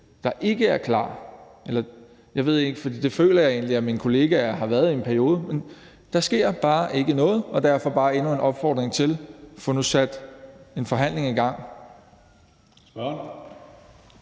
herinde – eller det ved jeg ikke; det følte jeg egentlig at mine kollegaer var i en periode, men der sker bare ikke noget. Derfor har jeg bare endnu en opfordring: Få nu sat en forhandling i gang. Kl.